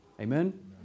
Amen